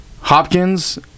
Hopkins